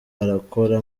arakora